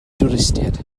dwristiaid